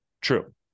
True